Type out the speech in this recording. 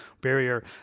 barrier